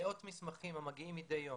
מאות מסמכים המגיעים מדי יום,